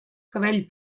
cabell